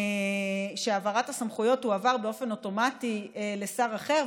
שהעברת הסמכויות תועבר באופן אוטומטי לשר אחר,